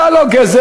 אתה לא גזר,